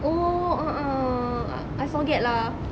oh a'ah I forget lah